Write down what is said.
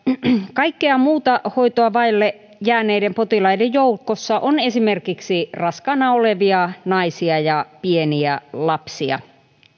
kaikkea muuta hoitoa vaille jääneiden potilaiden joukossa on esimerkiksi raskaana olevia naisia ja pieniä lapsia